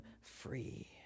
free